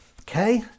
Okay